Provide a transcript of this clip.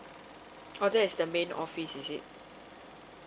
oh that's the main office is it